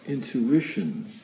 Intuition